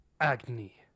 Agni